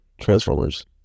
Transformers